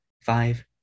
five